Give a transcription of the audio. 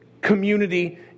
community